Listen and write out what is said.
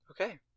Okay